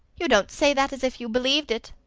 you don't say that as if you believed it,